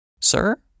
Sir